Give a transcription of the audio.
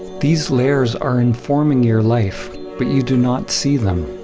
these layers are informing your life but you do not see them.